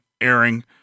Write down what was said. airing